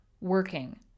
working